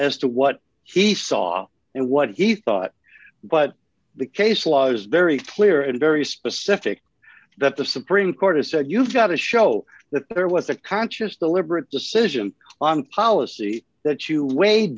as to what he saw and what he thought but the case law is very clear and very specific that the supreme court has said you've got to show that there was a conscious deliberate decision on policy that you weighed